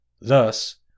Thus